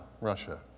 Russia